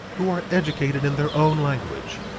who are educated in their own language,